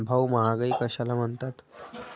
भाऊ, महागाई कशाला म्हणतात?